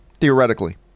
theoretically